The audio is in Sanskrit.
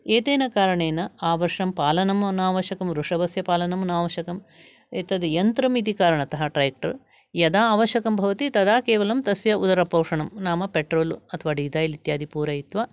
एतेन कारणेन आवर्षं पालनं न आवश्यकं वृषभस्य पालनं न आवश्यकम् एतद् यन्त्रम् इति कारणतः ट्र्याक्टर् यदा अवश्यकं भवति तदा तस्य केवलम् उदरपोषणं नाम पेट्रोल् अथवा डिसैल् इत्यादि पूरयित्वा